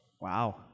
Wow